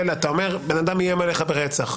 אומר, בן אדם איים עליך ברצח.